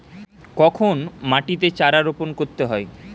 কখন মাটিতে চারা রোপণ করতে হয়?